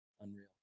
Unreal